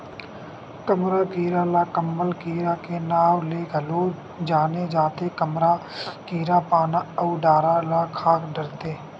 कमरा कीरा ल कंबल कीरा के नांव ले घलो जाने जाथे, कमरा कीरा पाना अउ डारा ल खा डरथे